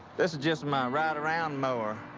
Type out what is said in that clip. this is just my ride-around mower.